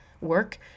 work